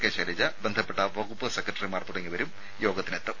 K Shailaja ബന്ധപ്പെട്ട വകുപ്പ് സെക്രട്ടറിമാർ തുടങ്ങിയവരും യോഗത്തിനെത്തും